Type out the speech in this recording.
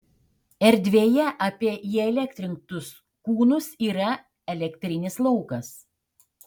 erdvėje apie įelektrintus kūnus yra elektrinis laukas